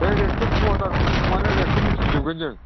ओइ रेटखौ महलदारफोरनाव सोंबानो रेटखौ मिथिजोबगोन जों